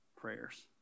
prayers